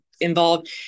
involved